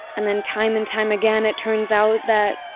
and then time and time again, it turns out that